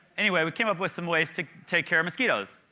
anyway we came up with some ways to take care of mosquitos.